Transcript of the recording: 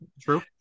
True